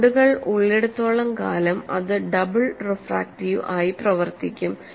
ലോഡുകൾ ഉള്ളിടത്തോളം കാലം അത് ഡബിൾ റിഫ്രാക്റ്റീവ് ആയി പ്രവർത്തിക്കും